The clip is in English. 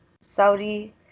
Saudi